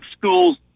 schools